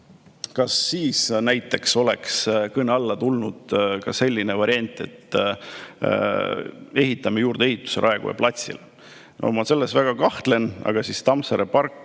kas siis näiteks oleks kõne alla tulnud ka selline variant, et ehitame juurdeehituse Raekoja platsile? No selles ma väga kahtlen. Aga Tammsaare park